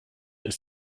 ist